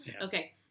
Okay